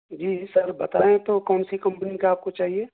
جی sir بتائیں تو کون سی کمپنی کا آپ کو چاہیے